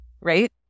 right